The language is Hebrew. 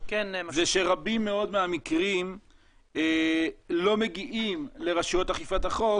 שרבים מאוד מהמקרים לא מגיעים לרשויות אכיפת החוק